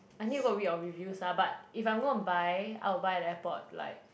I need to go read your reviews ah but if I'm going to buy I'll buy at the airport like